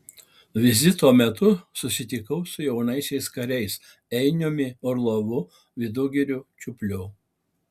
vizito metu susitikau su jaunaisiais kariais einiumi orlovu vidugiriu čiupliu